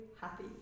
happy